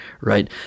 right